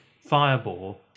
fireball